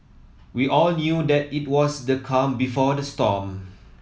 we all knew that it was the calm before the storm